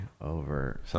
over